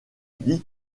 dit